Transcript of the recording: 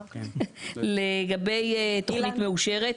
לגבי תוכנית מאושרת.